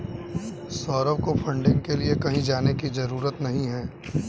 सौरभ को फंडिंग के लिए कहीं जाने की जरूरत नहीं है